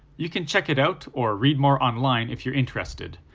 you can check it out or read more online if you're interested,